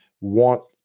want